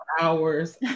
Hours